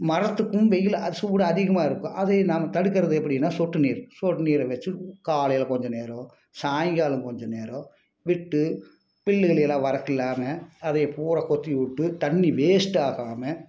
மரத்துக்கும் வெயில் அது சூடு அதிகமாக இருக்கும் அதை நாம் தடுக்கிறது எப்படின்னா சொட்டுநீர் சொட்டுநீர வச்சி காலையில் கொஞ்சம் நேரம் சாயங்காலம் கொஞ்சம் நேரம் விட்டு பில்லுகளைலாம் வரக்குல்லாம அதை பூரா கொத்திவிட்டு தண்ணி வேஸ்ட்டாகாமல்